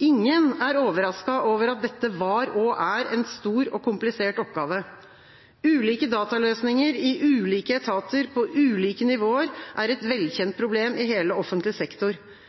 Ingen er overrasket over at dette var og er en stor og komplisert oppgave. Ulike dataløsninger i ulike etater på ulike nivåer er et velkjent problem i hele offentlig sektor.